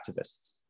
activists